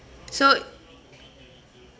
so